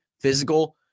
physical